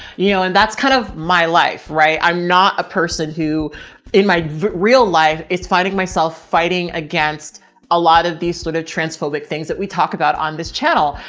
you know? and that's kind of my life, right? i'm not a person who in my real life is finding myself, fighting against a lot of these sort of transphobic things that we talk about on this channel.